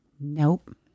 Nope